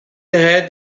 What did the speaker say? daher